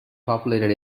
populated